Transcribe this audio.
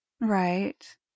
Right